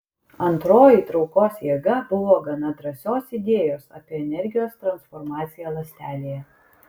antroji traukos jėga buvo gana drąsios idėjos apie energijos transformaciją ląstelėje